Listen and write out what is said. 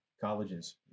colleges